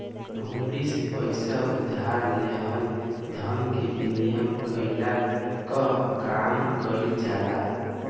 हुंडी से पईसा उधार लेहला धन के विनिमय कईला कअ काम कईल जाला